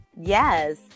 yes